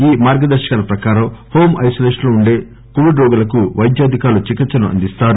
ఈ మార్గదర్పకాల ప్రకారం హోం ఐనోలేషన్ లో వుండే కోవిడ్ రోగులకు వైద్యాధికారులు చికిత్పను అందిస్తారు